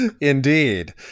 Indeed